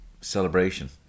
celebration